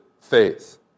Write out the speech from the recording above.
faith